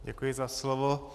Děkuji za slovo.